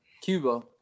Cuba